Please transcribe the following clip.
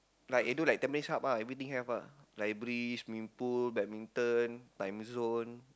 like I do like Tampines-Hub ah everything have lah library swimming pool badminton Timezone